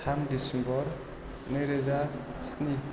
थाम डिसिम्बर नैरोजा स्नि